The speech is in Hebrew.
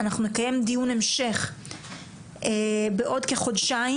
אנחנו נקיים דיון המשך בעוד כחודשיים.